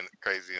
Crazy